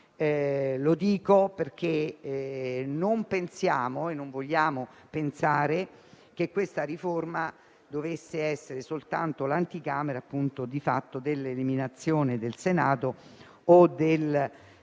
Lo dico perché non pensiamo e non vogliamo pensare che questa riforma dovesse essere soltanto l'anticamera di fatto dell'eliminazione del Senato o di